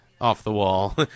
off-the-wall